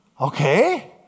Okay